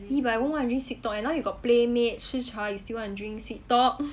!ee! but I won't want to drink sweet talk eh now you got playmade chicha you still want to drink sweet talk